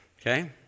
Okay